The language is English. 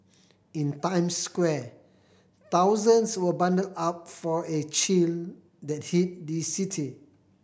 in Times Square thousands were bundled up for a chill that hit the city